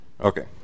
Okay